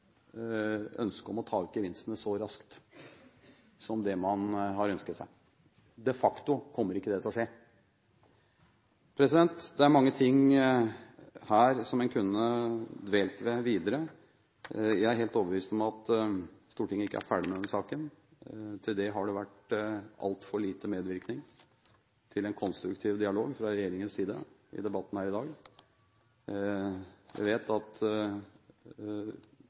ønsket om å ta ut gevinstene så raskt som det man har ønsket seg – de facto kommer ikke det til å skje. Det er mange ting her som en kunne dvelt ved videre. Jeg er helt overbevist om at Stortinget ikke er ferdig med denne saken. Til det har det vært altfor liten medvirkning til en konstruktiv dialog fra regjeringens side i debatten her i dag. Vi vet at